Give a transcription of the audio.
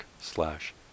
slash